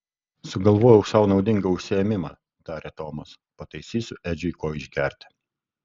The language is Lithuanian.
sugalvojau sau naudingą užsiėmimą tarė tomas pataisysiu edžiui ko išgerti